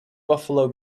buffalo